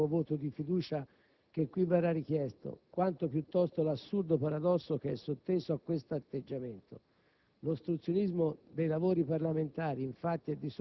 Il fatto sconcertante non è tanto l'ennesimo voto di fiducia che qui verrà richiesto, quanto piuttosto l'assurdo paradosso che è sotteso a questo atteggiamento.